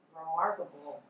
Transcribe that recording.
remarkable